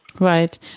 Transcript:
Right